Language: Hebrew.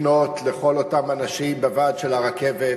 ולפנות לכל אותם אנשים בוועד של הרכבת